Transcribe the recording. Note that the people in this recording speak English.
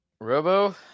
robo